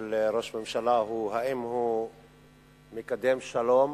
של ראש ממשלה הוא אם הוא מקדם שלום